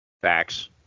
Facts